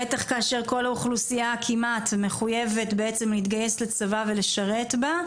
בטח כאשר כמעט כל האוכלוסייה מחויבת להתגייס לצבא ולשרת בו,